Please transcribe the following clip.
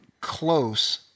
close